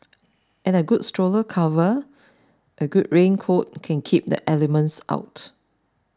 and a good stroller cover and good raincoat can keep the elements out